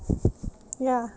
ya